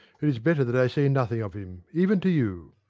it is better that i say nothing of him, even to you.